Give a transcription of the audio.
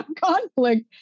conflict